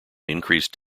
increased